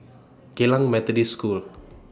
Geylang Methodist School